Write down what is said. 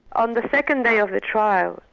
on the second day of the trial,